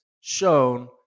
shown